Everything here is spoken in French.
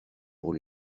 pour